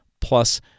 plus